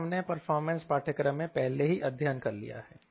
यह हमने परफॉर्मेंस पाठ्यक्रम में पहले ही अध्ययन कर लिया है